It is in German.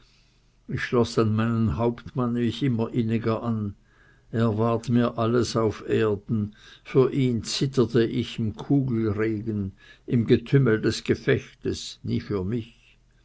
ich schloß an meinen hauptmann mich immer inniger an er ward mir alles auf erden für ihn zitterte ich im kugelregen im getümmel des gefechtes nie für mich